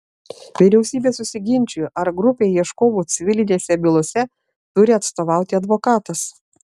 vyriausybė susiginčijo ar grupei ieškovų civilinėse bylose turi atstovauti advokatas